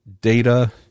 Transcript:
data